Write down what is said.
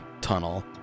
tunnel